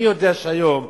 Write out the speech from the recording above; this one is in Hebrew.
אני יודע שהיום,